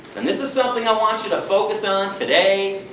and this is something i want you to focus on today,